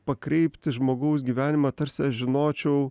pakreipti žmogaus gyvenimą tarsi aš žinočiau